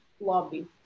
lobby